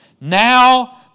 now